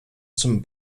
zum